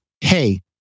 hey